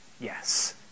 yes